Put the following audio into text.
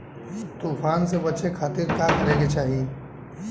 तूफान से बचे खातिर का करे के चाहीं?